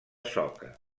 soca